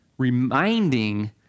reminding